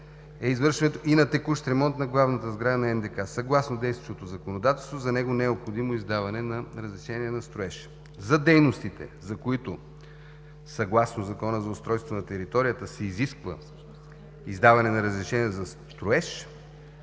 е извършването и на текущ ремонт на главната сграда на НДК. Съгласно действащото законодателство за него не е необходимо издаване на разрешение за строеж. За дейностите, за които съгласно Закона за устройство на територията се изисква издаване на разрешение за строеж,